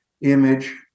image